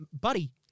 buddy